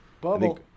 Bubble